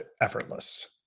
effortless